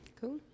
Cool